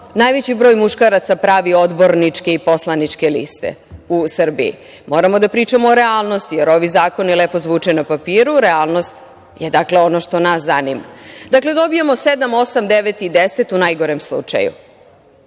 najveći broj muškaraca pravi odborničke i poslaničke liste u Srbiji. Moramo da pričamo o realnosti, jer ovi zakoni lepo zvuče na papiru, ali realnost je ono što nas zanima. Dakle, dobijamo sedam, osam, devet i 10 u najgorem slučaju.